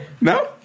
no